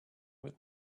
with